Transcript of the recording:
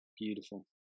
beautiful